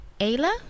Ayla